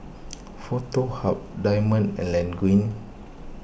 Foto Hub Diamond and Laneige